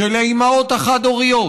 של האימהות החד-הוריות,